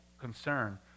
concern